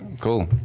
Cool